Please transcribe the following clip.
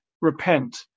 repent